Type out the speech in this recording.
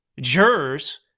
jurors